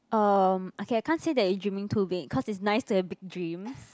um okay I can't say that you dreaming too big cause it's nice to have big dreams